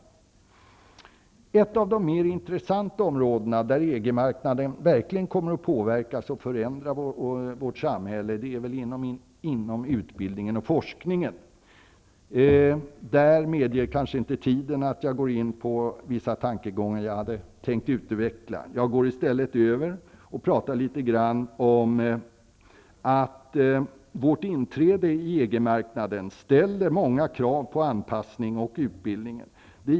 Ett av de mer intressanta områdena där EG marknaden verkligen kommer att påverka och förändra vårt samhälle är väl utbildningen och forskningen. Tiden medger kanske inte att jag går in på vissa tankegångar som jag hade tänkt utveckla. Jag går i stället över till att prata litet grand om att vårt inträde i EG-marknaden ställer många krav på anpassning av utbildningen.